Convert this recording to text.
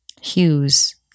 hues